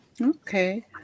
Okay